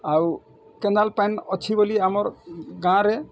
ଆଉ କେନାଲ୍ ପାନି ଅଛି ବୋଲି ଆମର୍ ଗାଁ ରେ